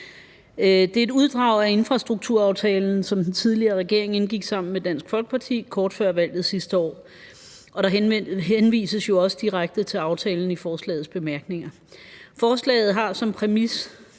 Det er et uddrag af infrastrukturaftalen, som den tidligere regering indgik sammen med Dansk Folkeparti kort før valget sidste år, og der henvises jo også direkte til aftalen i forslagets bemærkninger. Forslaget har som præmis